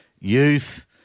youth